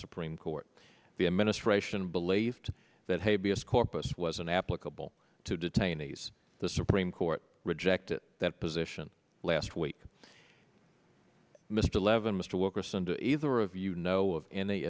supreme court the administration believed that hey b s corpus wasn't applicable to detainees the supreme court rejected that position last week mr levin mr wilkerson to either of you know of any